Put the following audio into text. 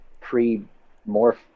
pre-morph